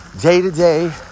day-to-day